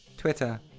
Twitter